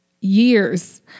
Years